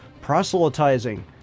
proselytizing